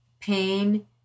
pain